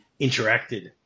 interacted